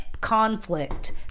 conflict